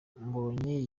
mbonyi